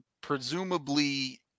Presumably